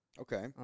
Okay